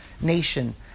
nation